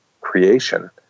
creation